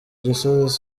gisozi